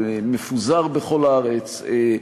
הוא מפוזר בכל הארץ,